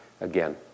again